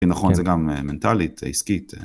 נכון, זה גם מנטלית, עסקית.